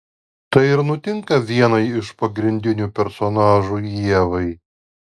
tai ir nutinka vienai iš pagrindinių personažų ievai